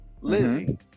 Lizzie